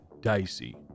dicey